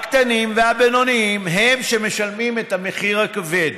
הקטנים והבינוניים הם שמשלמים את המחיר הכבד